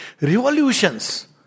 Revolutions